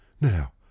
Now